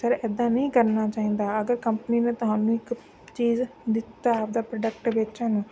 ਫਿਰ ਇੱਦਾਂ ਨਹੀਂ ਕਰਨਾ ਚਾਹੀਦਾ ਅਗਰ ਕੰਪਨੀ ਨੇ ਤੁਹਾਨੂੰ ਇੱਕ ਚੀਜ਼ ਦਿੱਤਾ ਆਪਦਾ ਪ੍ਰੋਡਕਟ ਵੇਚਣ ਨੂੰ